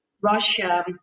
Russia